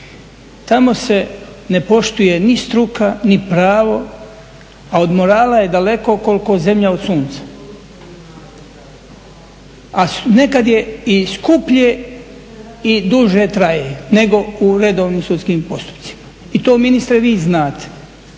Tamo se ne poštuje ni struka ni pravo, a od morala je daleko koliko zemlja od sunca, a nekad je i skuplje i duže traje, nego u redovnim sudskim postupcima i to ministre vi znate.